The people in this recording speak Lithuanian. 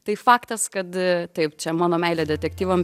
tai faktas kad taip čia mano meilė detektyvam